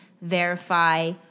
verify